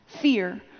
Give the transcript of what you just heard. fear